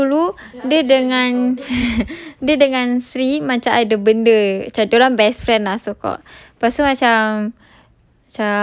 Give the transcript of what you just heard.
tapi dulu dia dengan dia dengan sri macam ada benda macam dia orang best friend lah so called lepas tu macam